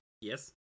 yes